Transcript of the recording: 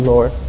Lord